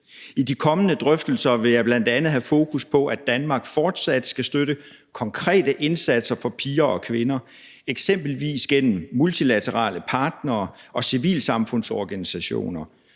I de kommende drøftelser vil jeg bl.a. have fokus på, at Danmark fortsat skal støtte konkrete indsatser for piger og kvinder, eksempelvis gennem multilaterale partnere og civilsamfundsorganisationer.